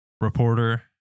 reporter